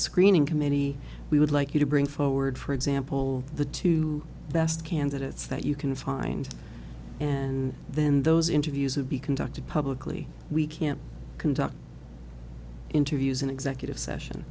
screening committee we would like you to bring forward for example the two best candidates that you can find and then those interviews have be conducted publicly we can't conduct interviews in executive session